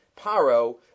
Paro